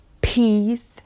peace